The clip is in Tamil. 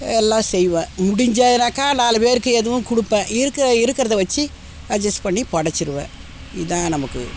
எல்லாம் செய்வேன் முடிஞ்சதனாக்கால் நாலு பேருக்கு எதுவும் கொடுப்பேன் இருக்கிற இருக்கிறத வைச்சு அட்ஜஸ்ட் பண்ணி படைச்சிருவேன் இதுதான் நமக்கு